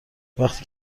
وقتی